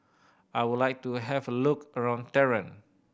I would like to have a look around Tehran